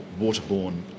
waterborne